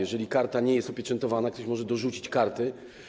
Jeżeli karta nie jest opieczętowana, ktoś może dorzucić karty.